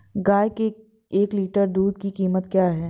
गाय के एक लीटर दूध की कीमत क्या है?